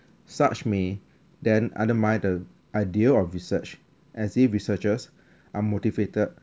such may then other might the ideal of research as the researchers are motivated